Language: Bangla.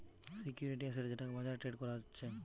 সিকিউরিটি এসেট যেটাকে বাজারে ট্রেড করা যাচ্ছে